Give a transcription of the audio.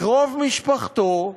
קרוב משפחתו,